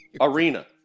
arena